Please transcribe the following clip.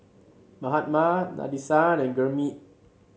Mahatma Nadesan and Gurmeet